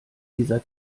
dieser